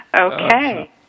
Okay